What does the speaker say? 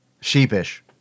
sheepish